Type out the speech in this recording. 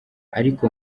ariko